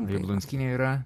jablonskynė yra